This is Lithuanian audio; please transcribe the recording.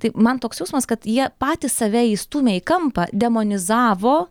tai man toks jausmas kad jie patys save įstūmė į kampą demonizavo